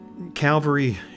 Calvary